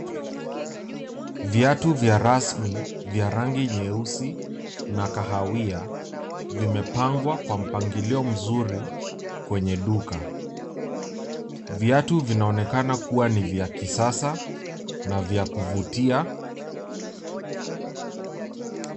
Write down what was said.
Viatu vya rasmi vya rangi nyeusi na kahawia vimepangwa kwa mpangilio mzuri kwenye duka. Viatu vinaonekana kuwa ni vya kisasa na vya kuvutia.